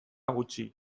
gutxi